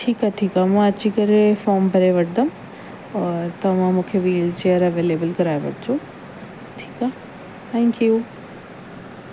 ठीकु आहे ठीकु आहे मां अची करे फोर्म भरे वठंदमि और तव्हां मूंखे वीलचेयर अवेलेबल कराए वठिजो ठीकु आहे थैंक यू